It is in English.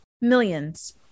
Millions